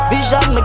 Vision